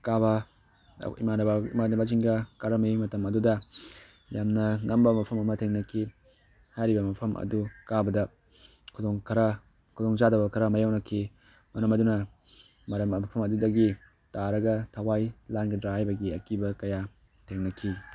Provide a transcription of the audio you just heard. ꯀꯥꯕ ꯏꯃꯥꯟꯅꯕ ꯏꯃꯥꯟꯅꯕꯖꯤꯡꯒ ꯀꯥꯔꯝꯃꯤ ꯃꯇꯝ ꯑꯗꯨꯗ ꯌꯥꯝꯅ ꯉꯝꯕ ꯃꯐꯝ ꯑꯃ ꯊꯦꯡꯅꯈꯤ ꯍꯥꯏꯔꯤꯕ ꯃꯐꯝ ꯑꯗꯨ ꯀꯥꯕꯗ ꯈꯨꯗꯣꯡ ꯈꯔ ꯈꯨꯗꯣꯡ ꯆꯥꯗꯕ ꯈꯔ ꯃꯥꯏꯌꯣꯛꯅꯈꯤ ꯃꯔꯝ ꯑꯗꯨꯅ ꯃꯐꯝ ꯑꯗꯨꯗꯒꯤ ꯇꯥꯔꯒ ꯊꯋꯥꯏ ꯂꯥꯟꯒꯗ꯭ꯔ ꯍꯥꯏꯕꯒꯤ ꯑꯀꯤꯕ ꯀꯌꯥ ꯊꯦꯡꯅꯈꯤ